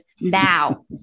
now